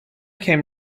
came